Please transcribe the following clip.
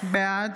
בעד